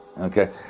Okay